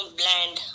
bland